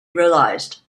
realized